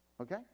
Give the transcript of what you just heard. Okay